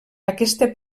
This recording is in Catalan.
aquesta